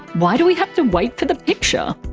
why do we have to wait for the picture?